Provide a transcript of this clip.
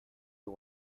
you